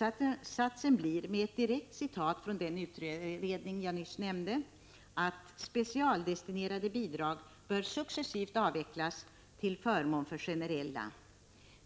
Slutsatsen blir, med ett direkt citat från den utredning som jag nyss nämnde, att ”specialdestinerade bidrag bör successivt avvecklas till förmån för generella.”